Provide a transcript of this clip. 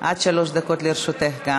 עד שלוש דקות גם לרשותך.